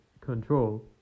control